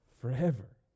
Forever